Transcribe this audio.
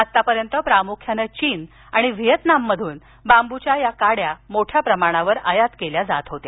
आतापर्यंत प्रामुख्यानं चीन आणि व्हिएतनाम मधून बांबूच्या या काड्या मोठ्या प्रमाणावर आयात केल्या जात होत्या